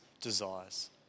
desires